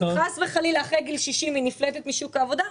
חס וחלילה אחרי גיל 60 היא נפלטת משוק העבודה,